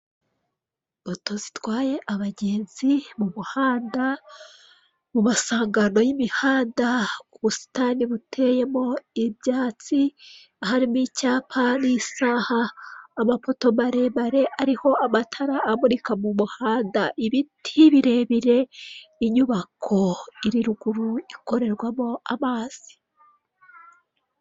Moto zitwaye abagenzi mu muhanda, mu masangano y'imihanda, ubusitani buteyemo ibyatsi, aharimo icyapa n'isaha, amapoto maremare ariho amatara amuri mu muhanda, ibiti birebire, inyubake iri ruguru ikorerwamo amazi.